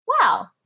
wow